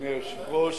אדוני היושב-ראש,